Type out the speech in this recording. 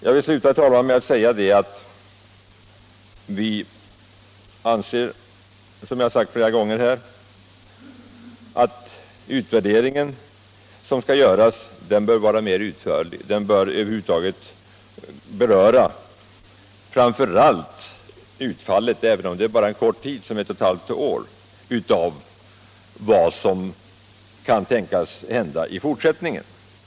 Jag vill slutligen, herr talman, säga att vi reservanter anser, som jag sagt flera gånger här, att den utvärdering som skall göras bör vara mer utförlig. Den bör över huvud taget på grundval av utfallet av verksamheten — även om det bara är fråga om så kort tid som ett och ett halvt år — beröra framför allt vad som kan tänkas hända i fortsättningen.